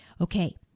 Okay